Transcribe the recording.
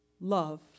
love